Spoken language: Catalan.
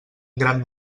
gran